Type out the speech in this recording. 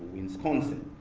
in wisconsin,